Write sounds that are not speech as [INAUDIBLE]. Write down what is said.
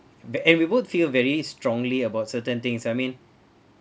[NOISE] and we both feel very strongly about certain things I mean